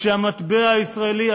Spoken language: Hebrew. כשהמטבע הישראלי,